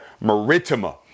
Maritima